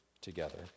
together